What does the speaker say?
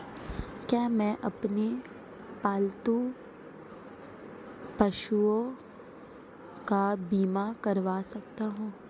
क्या मैं अपने पालतू पशुओं का बीमा करवा सकता हूं?